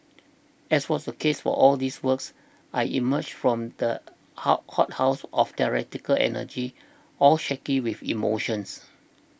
as was the case for all these works I emerged from the hot hothouse of theatrical energy all shaky with emotion